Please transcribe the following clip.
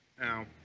Now